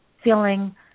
feeling